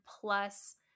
plus